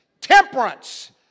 temperance